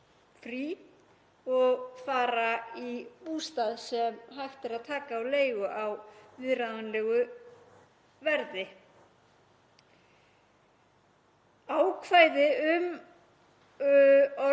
frí og fara í bústað sem hægt er að taka á leigu á viðráðanlegu verði. Ákvæði um orlof